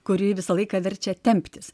kuri visą laiką verčia temptis